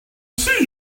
see